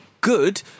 good